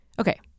Okay